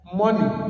money